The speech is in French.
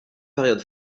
période